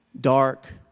dark